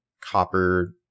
copper